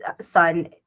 son